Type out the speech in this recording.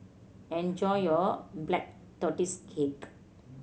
enjoy your Black Tortoise Cake